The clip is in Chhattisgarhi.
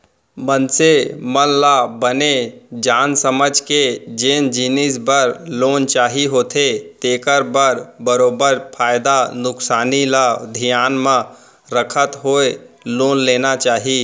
मनसे मन ल बने जान समझ के जेन जिनिस बर लोन चाही होथे तेखर बर बरोबर फायदा नुकसानी ल धियान म रखत होय लोन लेना चाही